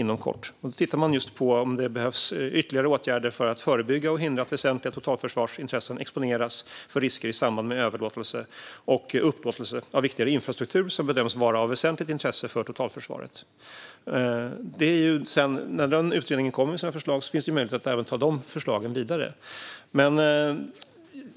Den har tittat på om det behövs ytterligare åtgärder "för att förebygga och hindra att väsentliga totalförsvarsintressen exponeras för risker i samband med överlåtelse och upplåtelse av viktigare infrastruktur som bedöms vara av väsentligt intresse för totalförsvaret". När utredningen kommer med sina förslag finns möjlighet att även ta dem vidare.